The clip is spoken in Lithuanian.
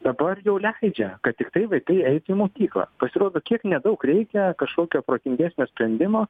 dabar jau leidžia kad tiktai vaikai eitų į mokyklą pasirodo kiek nedaug reikia kažkokio protingesnio sprendimo